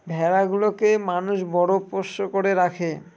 ভেড়া গুলোকে মানুষ বড় পোষ্য করে রাখে